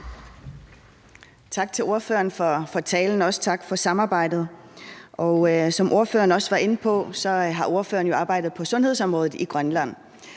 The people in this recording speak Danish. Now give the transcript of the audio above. Tak til ordføreren for talen, og også tak for samarbejdet. Som ordføreren også var inde på, har ordføreren jo arbejdet inden for sundhedsområdet i Grønland,